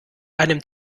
einem